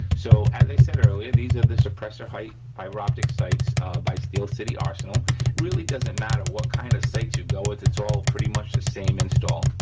so, as i said earlier, these are the suppressor height fiber optic sights by steel city arsenal. it really doesn't matter what kind of sights you go with it's all pretty much the same install.